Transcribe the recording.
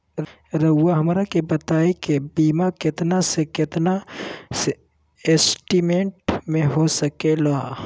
रहुआ हमरा के बताइए के बीमा कितना से कितना एस्टीमेट में हो सके ला?